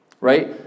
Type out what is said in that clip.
right